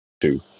two